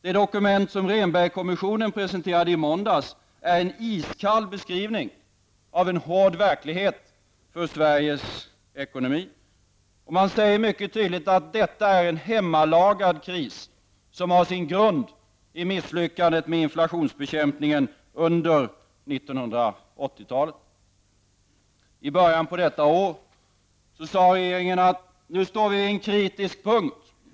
Det dokument som Rehnbergkommissionen presenterade i måndags är en iskall beskrivning av en hård verklighet för Sveriges ekonomi. Det sägs i dokument mycket tydligt att detta är en ''hemmalagad'' kris, som har sin grund i misslyckandet med inflationsbekämpningen under I början av detta år sade regeringen i finansplanen att vi står vid en kritisk punkt.